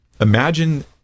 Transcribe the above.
Imagine